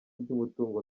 ry’umutungo